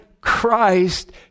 Christ